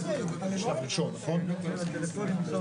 הכול כבר